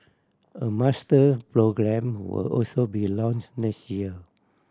a master programme will also be launch next year